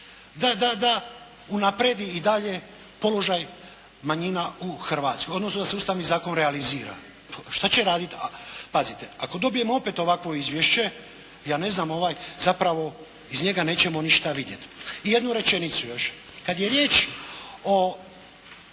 da ovaj, da unaprijedi i dalje položaj manjina u Hrvatskoj odnosno da se Ustavni zakon realizira.» Šta će raditi? Pazite, ako dobijemo opet ovakvo izvješće, ja ne znam, ovaj zapravo iz njega nećemo ništa vidjeti. I jednu rečenicu još. Kad je riječ o